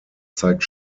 zeigt